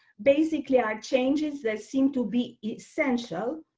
basically, are changes that seem to be essential